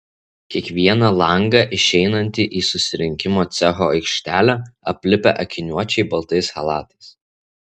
kiekvieną langą išeinantį į surinkimo cecho aikštelę aplipę akiniuočiai baltais chalatais